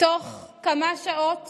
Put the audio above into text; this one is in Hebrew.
ותוך כמה שעות